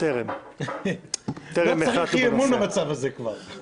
כבר לא צריך אי-אמון במצב הזה.